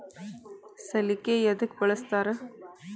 ಸಲಿಕೆ ಯದಕ್ ಬಳಸ್ತಾರ?